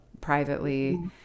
privately